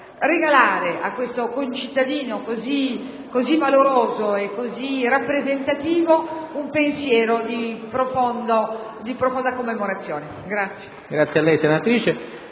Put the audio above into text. regalare a questo concittadino così valoroso e così rappresentativo un pensiero di profonda commemorazione.